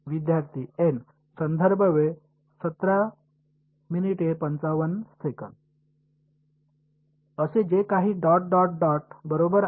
विद्यार्थी एन असे जे काही डॉट डॉट डॉट बरोबर आहे